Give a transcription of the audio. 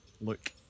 Look